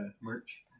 merch